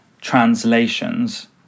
translations